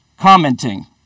commenting